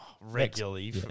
Regularly